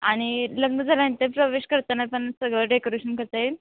आणि लग्न झाल्यानंतर प्रवेश करताना पण सगळं डेकोरेशन करता येईल